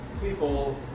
people